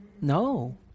No